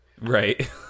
Right